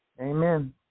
Amen